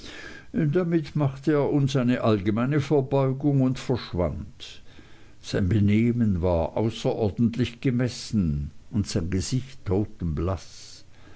damit machte er uns eine allgemeine verbeugung und verschwand sein benehmen war außerordentlich gemessen und sein gesicht